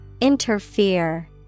Interfere